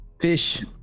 fish